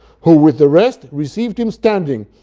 who, with the rest, received him standing.